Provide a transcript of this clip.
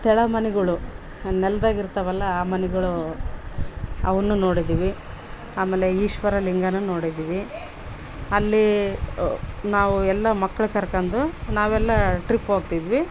ತೇಳ ಮನಿಗಳು ನೆಲ್ದಗಿರ್ತಾವಲ್ಲ ಆ ಮನಿಗಳು ಅವುನ್ನು ನೋಡಿದ್ದೀವಿ ಆಮೇಲೆ ಈಶ್ವರ ಲಿಂಗಾನು ನೋಡಿದ್ದೀವಿ ಅಲ್ಲಿ ನಾವು ಎಲ್ಲ ಮಕ್ಕಳ ಕರ್ಕಂದು ನಾವೆಲ್ಲ ಟ್ರಿಪ್ ಹೋಗ್ತಿದ್ವಿ